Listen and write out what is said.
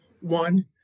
One